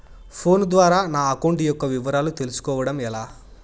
Phone ద్వారా నా account యొక్క వివరాలు తెలుస్కోవడం ఎలా?